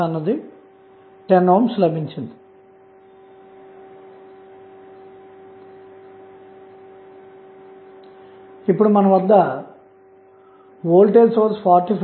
అందుకోసం సర్క్యూట్ లో ఈ ప్రత్యేక నోడ్ వద్ద వోల్టేజ్ v0 ఉందనుకుందాం